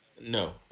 No